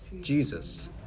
Jesus